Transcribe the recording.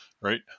right